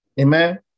Amen